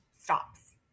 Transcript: stops